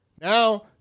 Now